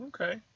Okay